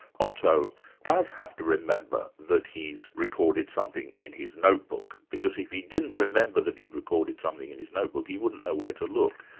otto does have to remember that he's recorded something in his notebook, because if he didn't remember that he'd recorded something in his notebook, he wouldn't know where to look.